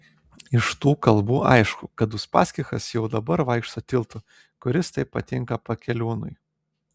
iš tų kalbų aišku kad uspaskichas jau dabar vaikšto tiltu kuris taip patinka pekeliūnui